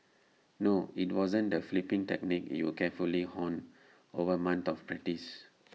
no IT wasn't the flipping technique you carefully honed over months of practice